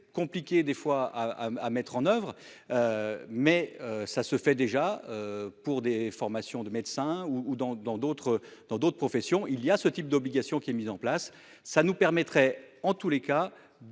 compliqué des fois à mettre en oeuvre. Mais ça se fait déjà pour des formations de médecin ou dans, dans d'autres dans d'autres professions, il y a ce type d'obligations qui est mis en place, ça nous permettrait en tous les cas de